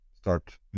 start